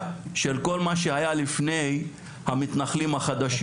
של כל מה שהיה לפני המתנחלים החדשים.